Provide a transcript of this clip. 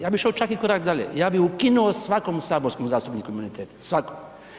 Ja bih išao čak i korak dalje, ja bih ukinuo svakom saborskom zastupniku imunitet, svakom.